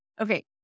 Okay